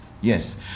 yes